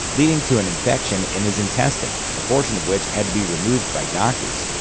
leading to an infection in his intestine, a portion of which had to be removed by doctors.